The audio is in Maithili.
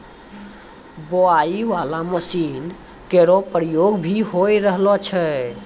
बोआई बाला मसीन केरो प्रयोग भी होय रहलो छै